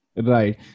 Right